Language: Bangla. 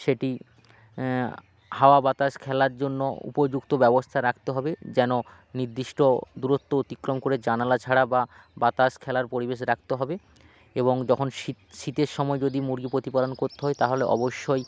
সেটি হাওয়া বাতাস খেলার জন্য উপযুক্ত ব্যবস্থা রাখতে হবে যেন নির্দিষ্ট দূরত্ব অতিক্রম করে জানালা ছাড়া বা বাতাস খেলার পরিবেশ রাখতে হবে এবং যখন শীত শীতের সময় যদি মুরগি প্রতিপালন করতে হয় তাহলে অবশ্যই